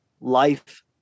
life